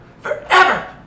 forever